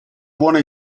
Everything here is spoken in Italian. buona